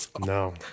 No